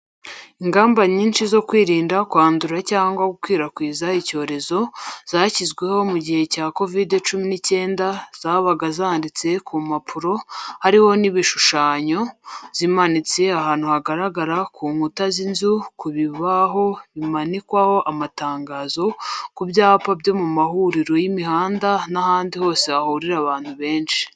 Ingamba nyinshi zo kwirinda kwandura cyangwa gukwirakwiza icyorezo, zashyizweho mu gihe cya kovide cumi n'icyenda; zabaga zanditse ku mpapuro, hariho n'ibishushanyo; zimanitse ahantu hagaragara ku nkuta z'inzu, ku bibaho bimanikwaho amatangazo, ku byapa byo mu mahuriro y'imihanda n'ahandi hose hahurira abantu benshi.